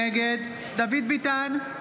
נגד דוד ביטן,